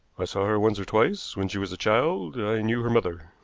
i saw her once or twice when she was a child. i knew her mother.